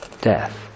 death